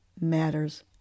matters